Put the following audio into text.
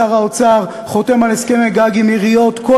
שר האוצר חותם על הסכמי-גג עם עיריות כל